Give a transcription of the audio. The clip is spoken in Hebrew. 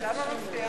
דנון: בעד, 28,